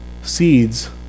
seeds